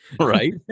Right